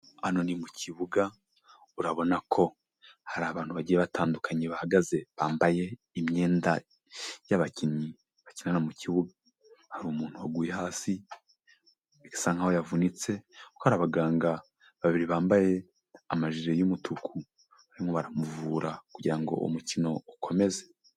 Hano ni mu kibuga urabona ko hari abantu bagiye batandukanye bahagaze bambaye imyenda y'abakinnyi bakinana mu kibuga, hari umuntu waguye hasi bisa nkaho yavunitse kuko hari abaganga babiri bambaye amajiri y'umutuku barimo baramuvura kugira ngo umukino ukomeze.